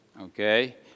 Okay